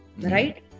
right